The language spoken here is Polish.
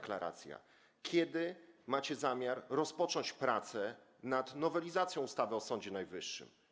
Kiedy macie zamiar rozpocząć prace nad nowelizacją ustawy o Sądzie Najwyższym?